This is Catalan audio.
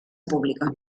pública